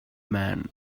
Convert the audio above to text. man